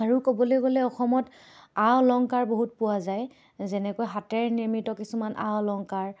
আৰু ক'বলৈ গ'লে অসমত আ অলংকাৰ বহুত পোৱা যায় যেনেকৈ হাতেৰে নিৰ্মিত কিছুমান আ অলংকাৰ